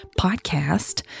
podcast